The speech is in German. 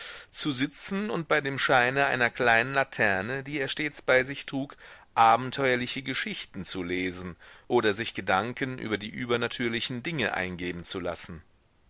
zu sitzen und bei dem scheine einer kleinen laterne die er stets bei sich trug abenteuerliche geschichten zu lesen oder sich gedanken über die übernatürlichen dinge eingeben zu lassen